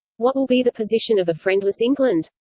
what will be the position of a friendless england?